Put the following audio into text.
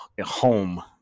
home